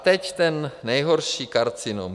A teď ten nejhorší karcinom.